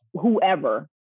whoever